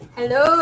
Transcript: Hello